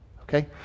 okay